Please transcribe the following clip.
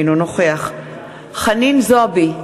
אינו נוכח חנין זועבי,